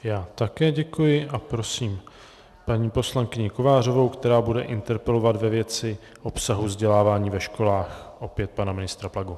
Já také děkuji a prosím paní poslankyni Kovářovou, která bude interpelovat ve věci obsahu vzdělávání ve školách opět pana ministra Plagu.